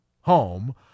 home